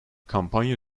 kampanya